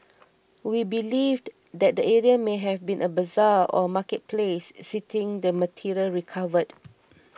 we believed that the area may have been a bazaar or marketplace citing the material recovered